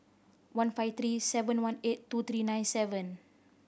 one five three seven one eight two three nine seven